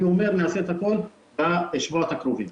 אני אומר שנעשה הכול בשבועות הקרובים.